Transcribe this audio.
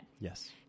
Yes